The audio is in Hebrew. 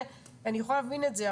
אני יכולה להבין את זה.